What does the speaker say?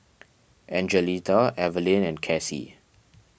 Angelita Evalyn and Cassie